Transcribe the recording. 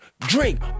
Drink